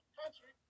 country